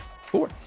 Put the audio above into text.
four